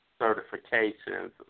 certifications